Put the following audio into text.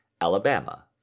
Alabama